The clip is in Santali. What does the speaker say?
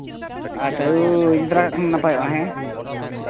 ᱟᱪᱪᱷᱟ ᱦᱳᱭ ᱤᱫᱤ ᱛᱚᱨᱟ ᱠᱟᱜ ᱠᱷᱟᱡ ᱫᱚ ᱱᱟᱯᱟᱭᱚᱜᱼᱟ ᱦᱮᱸ